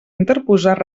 interposar